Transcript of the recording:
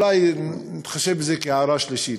ואולי נתחשב בזה כהערה שלישית,